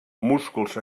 músculs